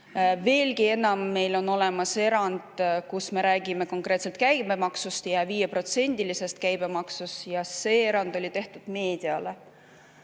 Veelgi enam, meil on olemas erand, kus me räägime konkreetselt käibemaksust ja 5%‑lisest käibemaksust, ja see erand oli tehtud meediale.